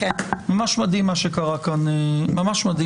ממש מדהים מה שקרה כאן עכשיו,